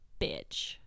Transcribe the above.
bitch